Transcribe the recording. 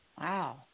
Wow